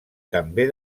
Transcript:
també